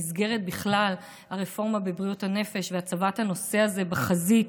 במסגרת הרפורמה בבריאות הנפש והצבת הנושא הזה בחזית.